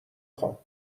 خوام